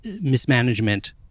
mismanagement